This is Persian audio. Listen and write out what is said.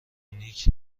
نیک